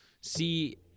see